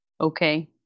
okay